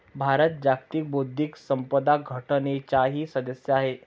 भारत जागतिक बौद्धिक संपदा संघटनेचाही सदस्य आहे